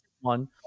one